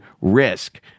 RISK